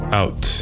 out